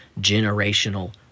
generational